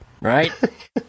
right